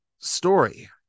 story